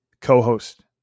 co-host